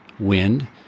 Wind